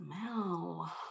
smell